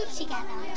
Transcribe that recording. together